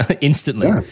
instantly